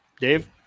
Dave